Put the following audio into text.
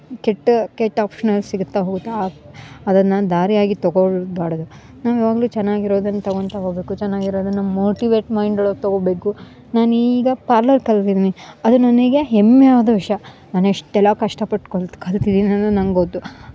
ಕೆಟ್ಟ ಕೆಟ್ಟ ಆಪ್ಶನಲ್ ಸಿಗ್ತಾ ಹೋತಾ ಅದನ್ನ ದಾರಿಯಾಗಿ ತಗೋಳ್ಬಾಡ್ದು ನಾವು ಯಾವಾಗಲೂ ಚೆನ್ನಾಗಿರೋದನ್ನ ತಗೊಳ್ತಾ ಹೋಗಬೇಕು ಚೆನ್ನಾಗಿರೋದು ನಮ್ಮ ಮೋಟಿವೇಟ್ ಮೈಂಡ್ ಒಳಗ ತಗೋಬೇಕು ನಾನು ಈಗ ಪಾರ್ಲರ್ ಕಲ್ತಿದ್ದೀನಿ ಅದು ನನಗೆ ಹೆಮ್ಮಯಾದ ವಿಷಯ ನಾನು ಎಷ್ಟೆಲ್ಲ ಕಷ್ಟಪಟ್ಟು ಕಲ್ ಕಲ್ತಿದ್ದೀನಿ ಅಂದರೆ ನಂಗ ಗೊತ್ತು